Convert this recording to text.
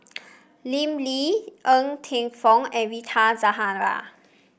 Lim Lee Ng Teng Fong and Rita Zahara